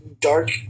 dark